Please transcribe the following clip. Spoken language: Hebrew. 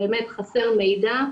באמת חסר מידע,